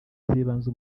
z’ibanze